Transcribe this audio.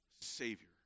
Savior